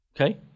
Okay